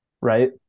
Right